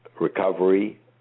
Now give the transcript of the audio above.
recovery